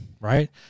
right